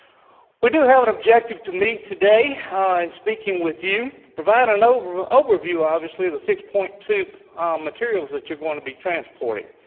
we do have an objective to meet today in and speaking with you. provide an overview overview obviously the six point two materials that you're going to be transporting.